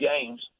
games